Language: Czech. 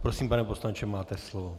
Prosím pane poslanče, máte slovo.